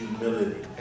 humility